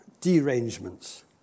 derangements